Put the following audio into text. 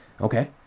Okay